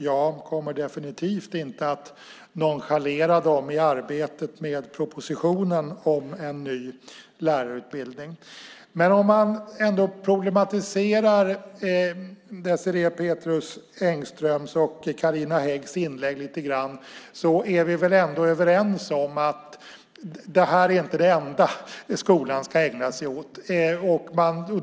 Jag kommer definitivt inte att nonchalera dem i arbetet med propositionen om en ny lärarutbildning. Men om man ändå problematiserar Désirée Pethrus Engströms och Carina Häggs inlägg lite grann är vi väl ändå överens om att det här inte är det enda skolan ska ägna sig åt.